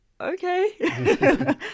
okay